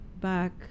back